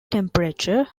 temperature